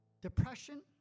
depression